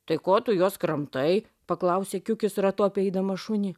tai ko tu juos kramtai paklausė kiukis ratu apeidamas šunį